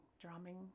drumming